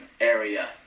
area